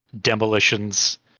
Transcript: demolitions